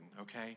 okay